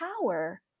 power